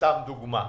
סתם דוגמה.